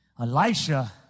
Elisha